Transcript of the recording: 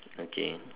okay